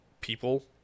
people